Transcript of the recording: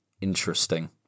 interesting